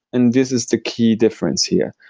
and this is the key difference here.